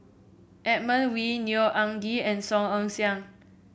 Edmund Wee Neo Anngee and Song Ong Siang